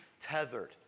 tethered